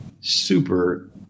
super